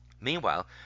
Meanwhile